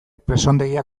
presondegia